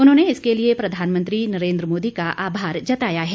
उन्होंने इसके लिए प्रधानमंत्री नरेन्द्र मोदी का आभार जताया है